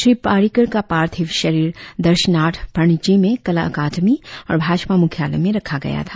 श्री पर्रिकर का पार्थिव शरीर दर्शनार्थ पणजी में कला अकादमी और भाजपा मुख्यालय में रखा गया था